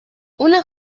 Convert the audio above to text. una